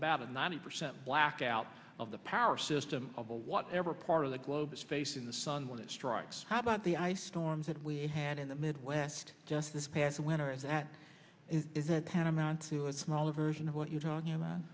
about a ninety percent blackout of the power system of whatever part of the globe is facing the sun when it strikes how about the ice storms that we had in the midwest just this past winter is at and is that paramount to a smaller version of what you're talking a